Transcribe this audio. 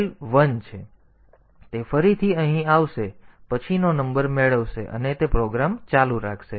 તેથી તે ફરીથી અહીં આવશે પછીનો નંબર મેળવો અને તે પ્રોગ્રામ સાથે ચાલુ રાખશે